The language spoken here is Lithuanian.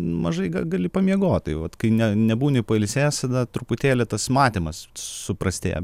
mažai ką gali pamiegot tai vat kai ne nebūni pailsėjęs tada truputėlį tas matymas suprastėja